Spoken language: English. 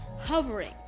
hovering